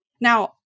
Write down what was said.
Now